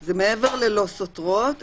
שזה מעבר ללא סותרות,